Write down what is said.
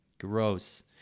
Gross